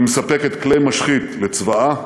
שמספקת כלי משחית לצבאה